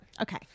Okay